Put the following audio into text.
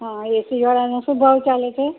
હા એસીવાળાના શું ભાવ ચાલે છે